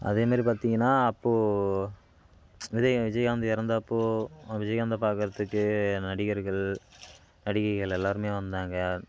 அதே மாரி பார்த்தீங்கன்னா அப்போது இது மாரி விஜயகாந்த் இறந்தப்போ விஜயகாந்த பார்க்கறத்துக்கு நடிகர்கள் நடிகைகள் எல்லோருமே வந்தாங்க